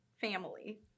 family